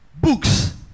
books